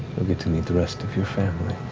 you'll get to meet the rest of your family.